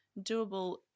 doable